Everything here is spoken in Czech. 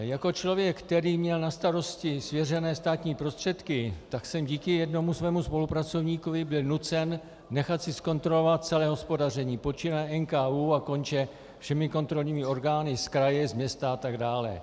Jako člověk, který měl na starosti svěřené státní prostředky, jsem díky jednomu svému spolupracovníkovi byl nucen nechat si zkontrolovat celé hospodaření počínaje NKÚ a konče všemi kontrolními orgány z kraje, města atd.